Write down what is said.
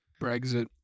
Brexit